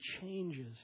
changes